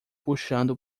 puxando